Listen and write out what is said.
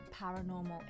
paranormal